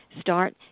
start